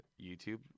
YouTube